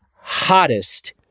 hottest